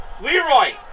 Leroy